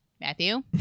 Matthew